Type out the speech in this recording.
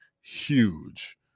huge